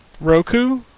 Roku